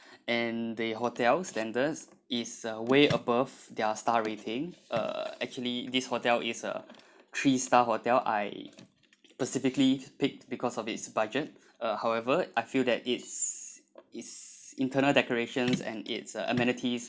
and their hotel standards is a way above their star rating uh actually this hotel is a three star hotel I specifically picked because of its budget uh however I feel that it's it's internal decorations and it's uh amenities